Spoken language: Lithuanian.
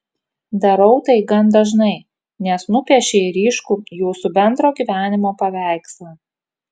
darau tai gan dažnai nes nupiešei ryškų jūsų bendro gyvenimo paveikslą